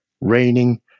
raining